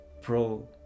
pro